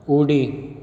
उडी